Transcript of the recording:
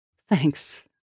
Thanks